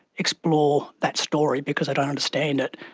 explore that story because they don't understand it,